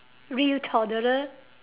real toddler